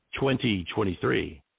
2023